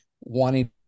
wanting